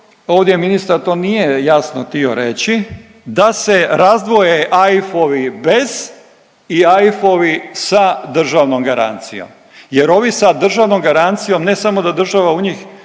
ovdje ministar to nije jasno htio reći, da se razdvoje AIF-ovi bez i AIF-ovi sa državnom garancijom. Jer ovi sa državnom garancijom ne samo da država u njih